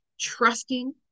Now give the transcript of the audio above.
trusting